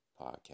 podcast